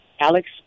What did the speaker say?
Alex